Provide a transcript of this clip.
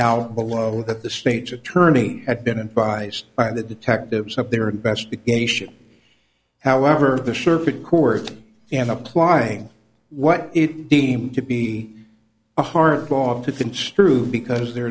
out below that the state's attorney had been biased by the detectives up their investigation however the circuit court and applying what it deemed to be a hard law to construe because there